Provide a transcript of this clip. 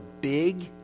big